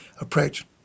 approach